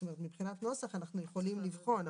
זאת אומרת מבחינת נוסח אנחנו יכולים לבחון.